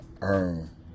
earn